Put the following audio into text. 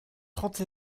trente